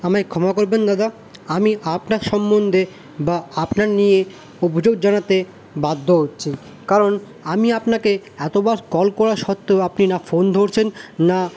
আমায় ক্ষমা করবেন দাদা আমি আপনার সম্বন্ধে বা আপনাকে নিয়ে অভিযোগ জানাতে বাধ্য হচ্ছি কারণ আমি আপনাকে এতবার কল করা সত্ত্বেও আপনি না ফোন ধরছেন না